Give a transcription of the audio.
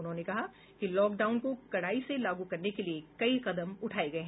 उन्होंने कहा कि लॉकडाउन को कड़ाई से लागू करने के लिए कई कदम उठाए गए हैं